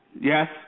yes